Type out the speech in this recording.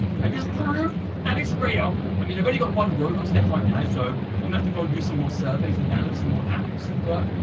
i just proved that it's real i mean, i've only got one robust left right now, so i'm never going to do some more surveys and ballads and more apps but